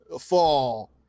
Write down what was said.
fall